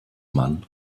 mann